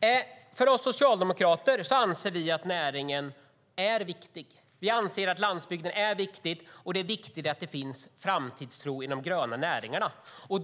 Vi socialdemokrater anser att näringen är viktig. Vi anser att landsbygden är viktig, och det är viktigt att det finns framtidstro inom de gröna näringarna.